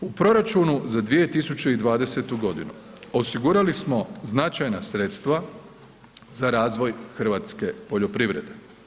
U proračunu za 2020.g. osigurali smo značajna sredstva za razvoj hrvatske poljoprivrede.